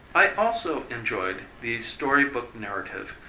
i also enjoyed the story-book narrative,